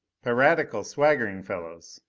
piratical swaggering fellows,